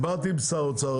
דיברתי איתו.